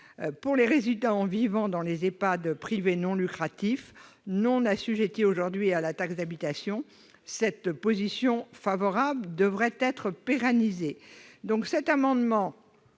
Pour les résidents vivant dans des EHPAD privés non lucratifs non assujettis aujourd'hui à la taxe d'habitation, cette position favorable devrait être pérennisée. À défaut